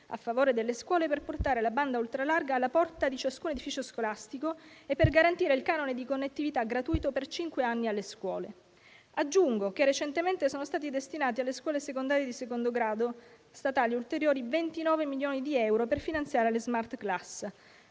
a favore delle scuole per portare la banda ultralarga alla porta di ciascun edificio scolastico e garantire alle scuole per cinque anni la gratuità del canone di connettività. Aggiungo che recentemente sono stati destinati alle scuole secondarie di secondo grado statali ulteriori 29 milioni di euro per finanziare le *smart class*.